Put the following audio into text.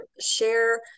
share